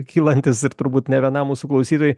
kylantis ir turbūt ne vienam mūsų klausytojui